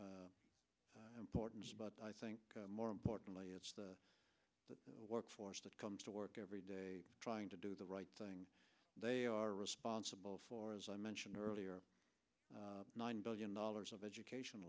government important but i think more importantly it's the workforce that comes to work every day trying to do the right thing they are responsible for as i mentioned earlier nine billion dollars of education